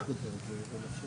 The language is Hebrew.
הם אותם תנאי סף.